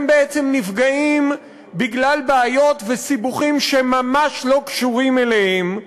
הם בעצם נפגעים בגלל בעיות וסיבוכים שממש לא קשורים אליהם.